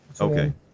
Okay